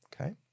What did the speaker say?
Okay